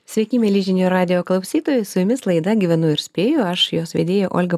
sveiki mieli žinių radijo klausytojai su jumis laida gyvenu ir spėju aš jos vedėja olga